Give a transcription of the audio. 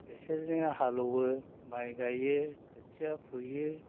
बिसोरजोंनो हालेवो माइ गायो खोथिया फुयो